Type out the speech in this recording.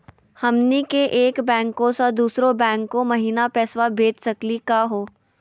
हमनी के एक बैंको स दुसरो बैंको महिना पैसवा भेज सकली का हो?